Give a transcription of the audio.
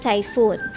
Typhoon